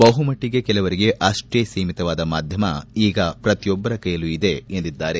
ಬಹುಮಟ್ಟಿಗೆ ಕೆಲವರಿಗೆ ಅಷ್ಟೇ ಸೀಮಿತವಾದ ಮಾಧ್ಯಮ ಈಗ ಪ್ರತಿಯೊಬ್ಬರ ಕೈಯಲ್ಲೂ ಇದೆ ಎಂದಿದ್ದಾರೆ